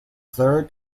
fleur